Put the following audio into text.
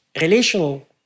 relational